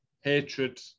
hatred